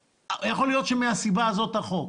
ויכול להיות שמסיבה זו בא החוק.